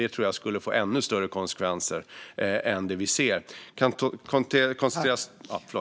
Det tror jag skulle få ännu större konsekvenser än dem vi nu ser.